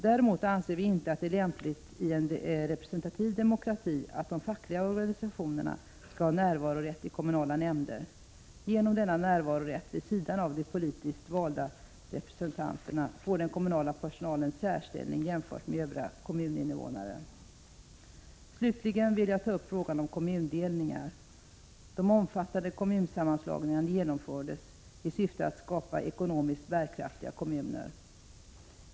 Däremot anser vi inte att det är lämpligt i en representativ demokrati att de fackliga organisationerna skall ha närvarorätt i kommunala nämnder. Genom denna närvarorätt, vid sidan av de politiskt valda representanterna, får den kommunala personalen en särställning jämfört med övriga kommuninvånare. Slutligen vill jag ta upp frågan om kommundelningar. De omfattande kommunsammanslagningarna genomfördes i syfte att skapa ekonomiskt bärkraftiga kommuner.